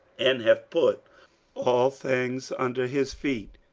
and hath put all things under his feet,